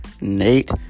Nate